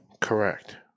Correct